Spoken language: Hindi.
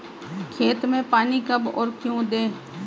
खेत में पानी कब और क्यों दें?